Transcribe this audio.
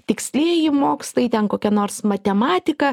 tikslieji mokslai ten kokia nors matematika